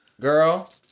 girl